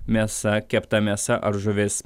mėsa kepta mėsa ar žuvis